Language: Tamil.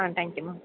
ah thank you ma'am